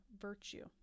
virtue